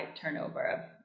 turnover